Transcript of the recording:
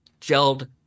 gelled